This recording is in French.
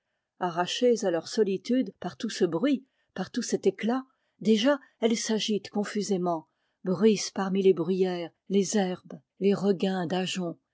arrachées à leur solitude par tout ce bruit par tout cet éclat déjà elles s'agitent confusément bruissent parmi les bruyères les herbes les regains d'ajoncs